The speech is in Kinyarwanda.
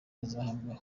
bazahabwa